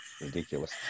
ridiculous